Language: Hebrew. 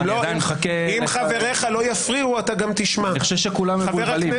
יש רשימה מהפעם הקודמת.